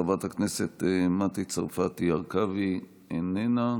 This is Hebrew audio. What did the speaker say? חברת הכנסת מטי צרפתי הרכבי, איננה,